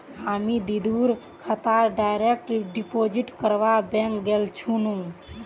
हामी दीदीर खातात डायरेक्ट डिपॉजिट करवा बैंक गेल छिनु